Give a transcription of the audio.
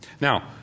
Now